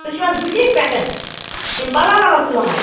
تُہۍ چھُ حظ بُٹیٖک پٮ۪ٹھٕ یِم پَلو وَلو سُوان